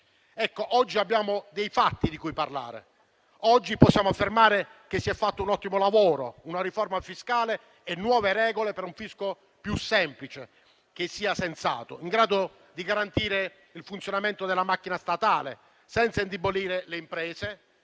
oggi abbiamo dei fatti di cui parlare. Oggi possiamo affermare che si è fatto un ottimo lavoro, una riforma fiscale e nuove regole per un fisco più semplice, sensato e in grado di garantire il funzionamento della macchina statale, senza indebolire le imprese